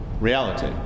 reality